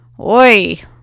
Oi